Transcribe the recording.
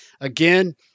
Again